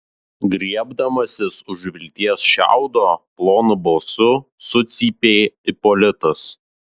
griebdamasis už vilties šiaudo plonu balsu sucypė ipolitas